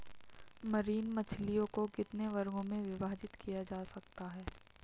Marine मछलियों को कितने वर्गों में विभाजित किया जा सकता है?